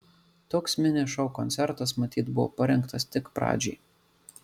toks mini šou koncertas matyt buvo parinktas tik pradžiai